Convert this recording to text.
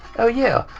oh yeah,